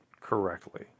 correctly